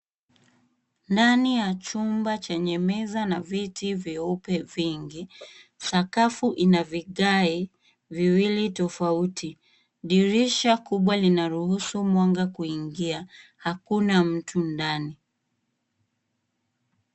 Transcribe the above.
Ndani ya chumba chenye meza na viti vyeupe vingi, sakafu inavigae viwili tofauti, dirisha kubwa linaruhusu mwanga kuingia hakuna mtu ndani.